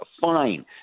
fine